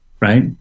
right